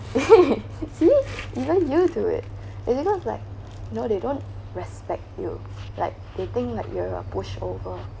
see even you do it and it looks like you know they don't respect you like they think like you're a pushover